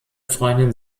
freundin